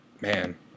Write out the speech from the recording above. man